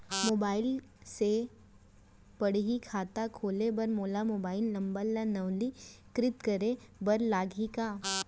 Mobile से पड़ही खाता खोले बर मोला मोबाइल नंबर ल नवीनीकृत करे बर लागही का?